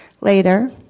Later